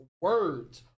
words